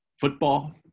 football